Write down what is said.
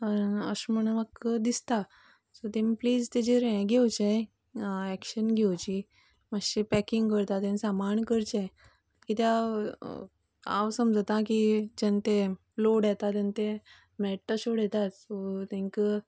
अशें म्हण म्हाका दिसता सो तेमी प्लिज तेजेर यें घेवचें एक्शन घेवची मात्शी पॅकिंग करता तेन्ना सांबाळून करचें कित्या हांव समजता की तेंच्यानी ते लाॅड येता तेन्ना ते मेळटा तशे उडयतात सो तेंकां